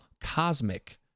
Cosmic